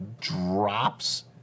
drops